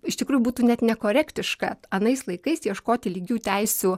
iš tikrųjų būtų net nekorektiška anais laikais ieškoti lygių teisių